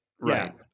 Right